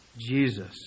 Jesus